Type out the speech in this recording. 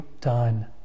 done